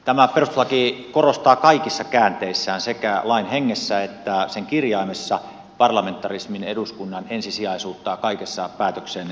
tämä perustuslaki korostaa kaikissa käänteissään sekä lain hengessä että sen kirjaimessa parlamentarismin eduskunnan ensisijaisuutta kaikessa päätöksenteossa